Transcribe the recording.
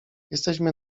jesteśmy